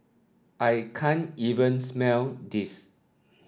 I can't even smell this